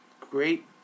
great